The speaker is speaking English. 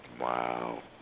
Wow